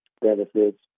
benefits